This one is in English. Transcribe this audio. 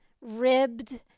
ribbed